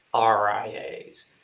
RIAs